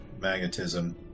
magnetism